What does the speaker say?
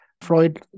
Freud